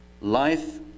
Life